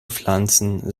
pflanzen